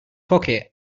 pocket